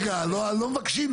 רגע, לא מבקשים.